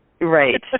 Right